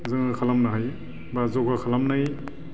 जोङो खालामनो हायो बा जगा खालामनाय